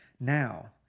Now